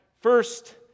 first